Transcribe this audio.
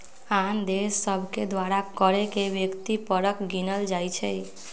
आन देश सभके द्वारा कर के व्यक्ति परक गिनल जाइ छइ